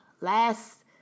Last